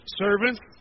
servants